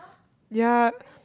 ya